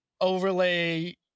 overlay